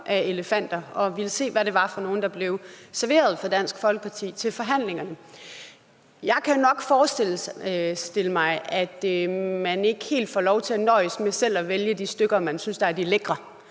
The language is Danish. og ville se, hvad det var for nogen, der blev serveret for Dansk Folkeparti til forhandlingerne. Jeg kan nok forestille mig, at man ikke helt får lov til at nøjes med selv at vælge de stykker, man synes er de lækre,